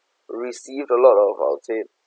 received a lot of I'd say